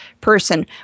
person